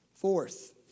Fourth